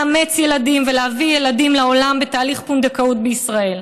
לאמץ ילדים ולהביא ילדים לעולם בתהליך פונדקאות בישראל.